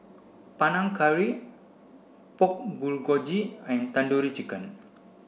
Panang Curry Pork Bulgogi and Tandoori Chicken